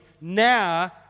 Now